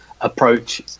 approach